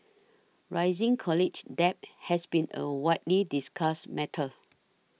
rising college debt has been a widely discussed matter